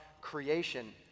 creation